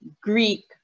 greek